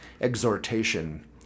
exhortation